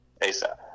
ASAP